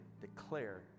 declare